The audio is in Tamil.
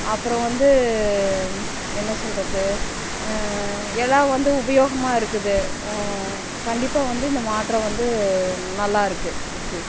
அப்புறம் வந்து என்ன சொல்கிறது எல்லாம் வந்து உபயோகமாக இருக்குது கண்டிப்பாக வந்து இந்த மாற்றம் வந்து நல்லாயிருக்கு ஓகே